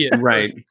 Right